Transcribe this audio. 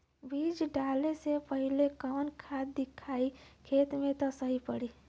बीज डाले से पहिले कवन खाद्य दियायी खेत में त सही पड़ी?